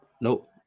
Nope